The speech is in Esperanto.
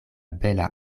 bela